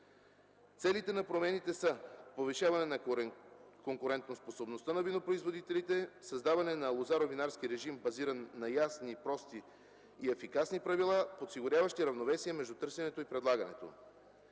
Целите на промените са: повишаване на конкурентоспособността на винопроизводителите; създаване на лозаро-винарски режим, базиран на ясни, прости и ефикасни правила, осигуряващи равновесието между търсенето и предлагането;